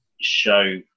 show